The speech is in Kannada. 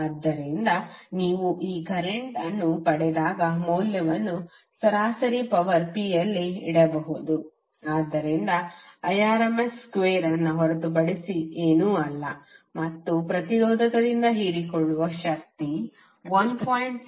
ಆದ್ದರಿಂದ ನೀವು ಈ ಕರೆಂಟ್ ಅನ್ನು ಪಡೆದಾಗ ಮೌಲ್ಯವನ್ನು ಸರಾಸರಿ ಪವರ್ P ಯಲ್ಲಿ ಇಡಬಹುದು ಅದು Irms ಸ್ಕ್ವೇರ್ ಅನ್ನು ಹೊರತುಪಡಿಸಿ ಏನೂ ಅಲ್ಲ ಮತ್ತು ಪ್ರತಿರೋಧಕದಿಂದ ಹೀರಿಕೊಳ್ಳುವ ಶಕ್ತಿ 133